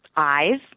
eyes